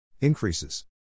increases